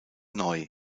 neu